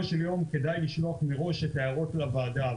של יום כדאי לשלוח מראש את ההערות לוועדה.